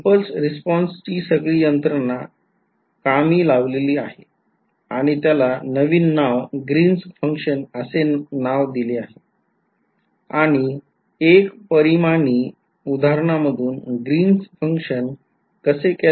impulse रिस्पॉन्सची सगळी यंत्रणा कामी लावलेली आहे आणि त्याला नवीन नाव ग्रीन्स function असे नवीन नाव दिले आहे आणि १ परिमाणी उदाहरणामधून ग्रीन्स function कसे calculate करायचे ते दाखवले